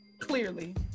Clearly